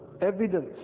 evidence